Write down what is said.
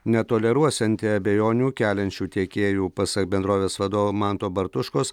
netoleruosianti abejonių keliančių tiekėjų pasak bendrovės vadovo manto bartuškos